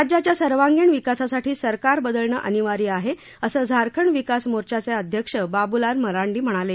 राज्याच्या सर्वांगीण विकासासाठी सरकार बदलणं अनिवार्य आहे असं झारखंड विकास मोर्चाचे अध्यक्ष बाबूलाल मरांडी म्हणाले